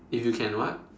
if you can what